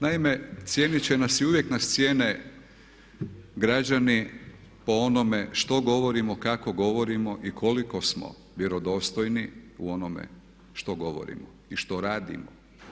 Naime, cijenit će nas i uvijek nas cijene građani po onome što govorimo, kako govorimo i koliko smo vjerodostojni u onome što govorimo i što radimo.